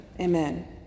Amen